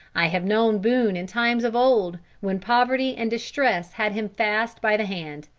i have known boone in times of old, when poverty and distress had him fast by the hand,